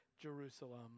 Jerusalem